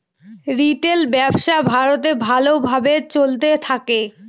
retail ব্যবসা ভারতে ভালো ভাবে চলতে থাকে